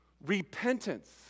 Repentance